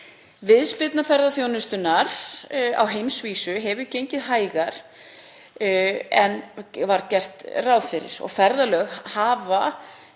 Viðspyrna ferðaþjónustunnar á heimsvísu hefur gengið hægar en gert var ráð fyrir og ferðalög hafa